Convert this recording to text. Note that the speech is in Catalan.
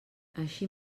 així